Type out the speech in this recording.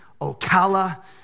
Ocala